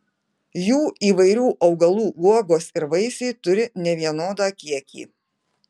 jų įvairių augalų uogos ir vaisiai turi nevienodą kiekį